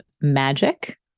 magic